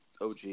OG